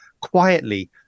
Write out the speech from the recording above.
quietly